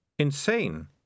Insane